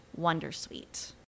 wondersuite